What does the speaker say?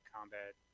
Combat